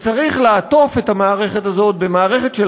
צריך לעטוף את המערכת הזאת במערכת של